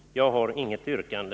Jag har inget yrkande.